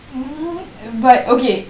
but okay